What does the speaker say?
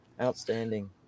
outstanding